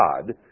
God